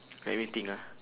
let me think ah